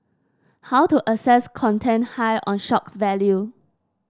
how to assess content high on shock value